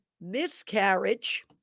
Miscarriage